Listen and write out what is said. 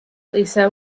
lisa